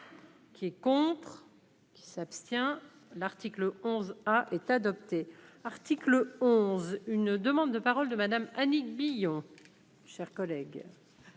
qui est contre. Qui s'abstient, l'article 11 à est adopté article 11. Une demande de parole de Madame Annick Billon chers collègues.